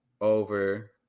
over